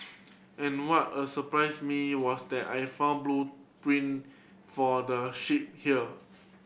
and what a surprised me was that I found blue print for the ship here